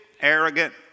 arrogant